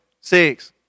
six